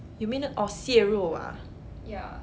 you mean orh 蟹肉 ah